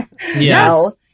Yes